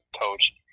coach